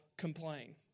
complain